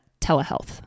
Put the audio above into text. telehealth